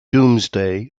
domesday